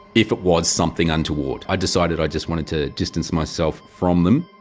if it was something untoward. i decided i just wanted to distance myself from them.